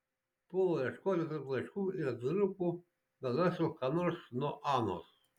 puolu ieškoti tarp laiškų ir atvirukų gal rasiu ką nors nuo anos